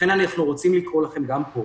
לכן אנחנו רוצים לקרוא לכם, גם פה,